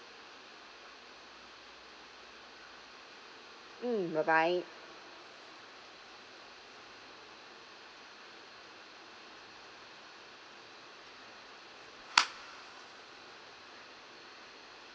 mm bye bye